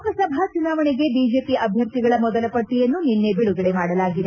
ಲೋಕಸಭಾ ಚುನಾವಣೆಗೆ ಬಿಜೆಪಿ ಅಭ್ಯರ್ಥಿಗಳ ಮೊದಲ ಪಟ್ಟಿಯನ್ನು ನಿನ್ನೆ ಬಿಡುಗಡೆ ಮಾಡಲಾಗಿದೆ